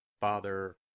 Father